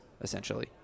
essentially